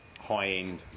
high-end